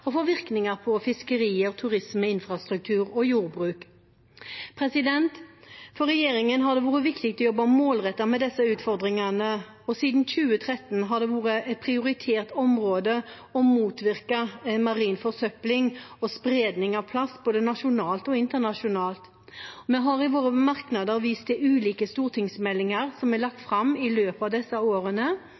og for virkninger på fiskerier, turisme, infrastruktur og jordbruk. For regjeringen har det vært viktig å jobbe målrettet med disse utfordringene, og siden 2013 har det vært et prioritert område å motvirke marin forsøpling og spredning av plast, både nasjonalt og internasjonalt. Vi har i våre merknader vist til ulike stortingsmeldinger som er lagt fram i løpet av disse årene,